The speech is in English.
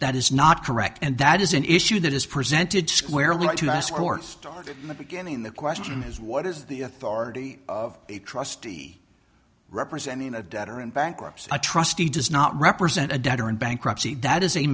that is not correct and that is an issue that is presented squarely to us courts start in the beginning the question is what is the authority of a trustee representing a debtor and bankruptcy a trustee does not represent a debtor in bankruptcy that is a